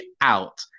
out